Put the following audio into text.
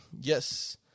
yes